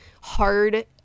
hard